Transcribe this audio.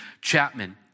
Chapman